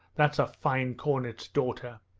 that's a fine cornet's daughter!